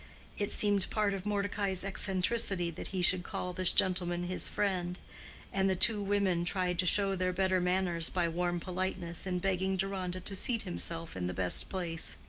it seemed part of mordecai's eccentricity that he should call this gentleman his friend and the two women tried to show their better manners by warm politeness in begging deronda to seat himself in the best place.